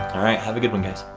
alright have a good one guys.